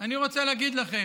אני רוצה להגיד לכם,